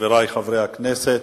חברי חברי הכנסת,